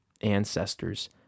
ancestors